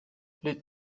les